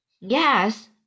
Yes